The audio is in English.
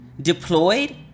deployed